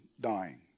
dying